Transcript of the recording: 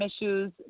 issues